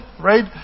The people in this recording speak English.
right